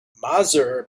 mazur